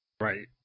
Right